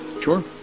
Sure